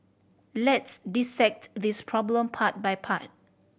let's dissect this problem part by part